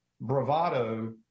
bravado